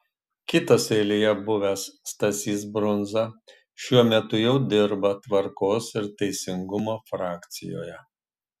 kitas eilėje buvęs stasys brundza šiuo metu jau dirba tvarkos ir teisingumo frakcijoje